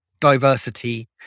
diversity